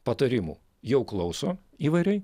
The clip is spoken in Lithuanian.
patarimų jau klauso įvairiai